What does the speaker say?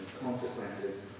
consequences